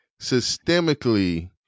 systemically